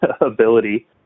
ability